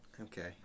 Okay